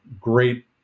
great